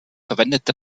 verwendete